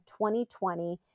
2020